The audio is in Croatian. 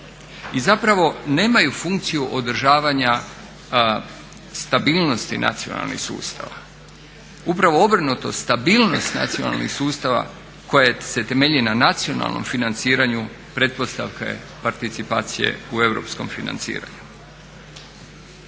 i zapravo nemaju funkciju održavanja stabilnosti nacionalnih sustava. Upravo obrnuto, stabilnost nacionalnih sustava koja se temelji na nacionalnom financiranju pretpostavka je participacije u europskom financiranju.